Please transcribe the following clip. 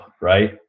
right